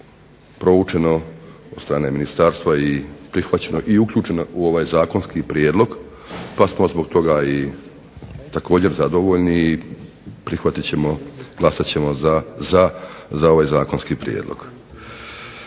proučeno od strane ministarstva i prihvaćeno i uključeno u ovaj zakonski prijedlog pa smo zbog toga također zadovoljni i prihvatit ćemo, glasat ćemo za ovaj zakonski prijedlog.